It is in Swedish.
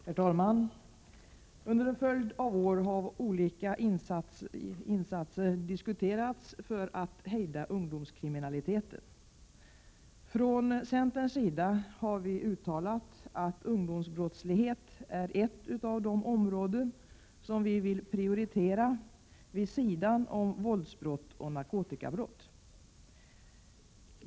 Herr talman! Under en följd av år har olika insatser diskuterats för att hejda ungdomskriminaliteten. Från centerns sida har vi uttalat att ungdomsbrottsligheten är ett av de områden som vi vill prioritera, vid sidan av våldsbrott och narkotikabrott.